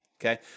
okay